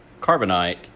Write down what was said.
Carbonite